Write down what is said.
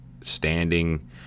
standing